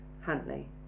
Huntley